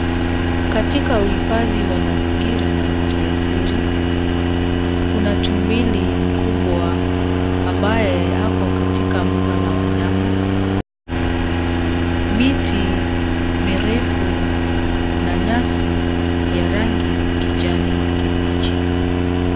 Katika uhifadhi wa mazingira na maliasili kuna tumbili mkubwa ambaye ako katika mbuga la wanyama .Miti mirefu na nyasi ya rangi kijani kibichi.